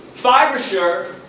fibersure,